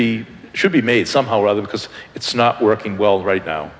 be should be made somehow or other because it's not working well right